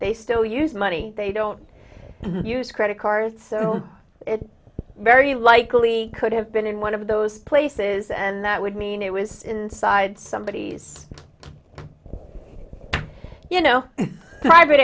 they still use money they don't use credit cards so it's very likely could have been in one of those places and that would mean it was inside somebody's you know private